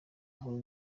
nkuru